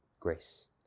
grace